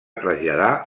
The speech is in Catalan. traslladar